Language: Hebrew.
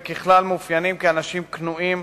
וככלל הם מתאפיינים כאנשים כנועים,